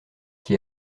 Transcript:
qui